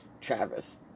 Travis